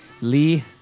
Lee